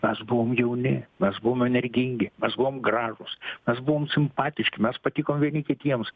mes buvom jauni mes buvom energingi mes buvom gražūs mes buvom simpatiški mes patikom vieni kitiems